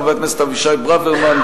חבר הכנסת אבישי ברוורמן,